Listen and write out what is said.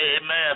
amen